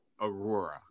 aurora